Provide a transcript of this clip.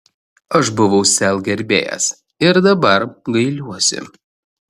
aš buvau sel gerbėjas ir dabar gailiuosi